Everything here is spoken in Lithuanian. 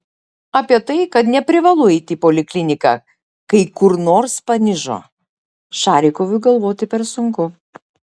apie tai kad neprivalu eiti į polikliniką kai kur nors panižo šarikovui galvoti per sunku